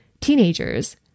teenagers